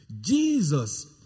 Jesus